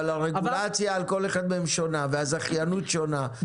אבל הרגולציה על כל אחד מהם שונה והזכיינות שונה,